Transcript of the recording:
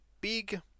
big